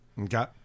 okay